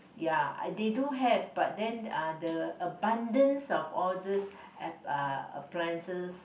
ya they do have but then uh the abundance of all these uh appliances